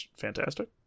fantastic